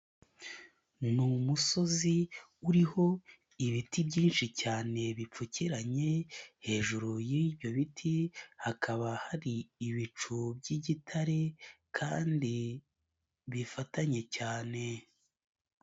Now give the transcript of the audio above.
Ni umusozi uriho ibiti byinshi cyane bipfukiranye, hejuru y'ibyo biti hakaba hari ibicu by'igitare kandi bifatanye cyane.